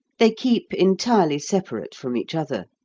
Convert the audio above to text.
they keep entirely separate from each other.